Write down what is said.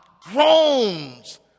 groans